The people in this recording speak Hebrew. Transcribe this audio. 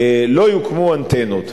לא יוקמו אנטנות,